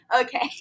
Okay